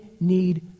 need